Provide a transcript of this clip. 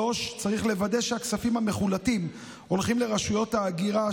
3. צריך לוודא שהכספים המחולטים הולכים לרשויות ההגירה,